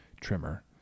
trimmer